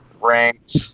ranked